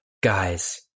Guys